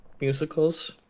musicals